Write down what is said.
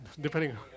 depending